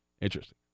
Interesting